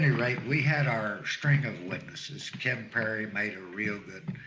any rate, we had our string of witnesses. ken perry made a real good